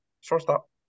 Shortstop